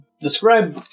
describe